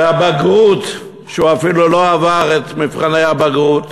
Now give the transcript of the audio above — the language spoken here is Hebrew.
והבגרות, שהוא אפילו לא עבר את מבחני הבגרות,